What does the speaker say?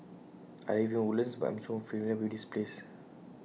I live in Woodlands but I'm so familiar with this place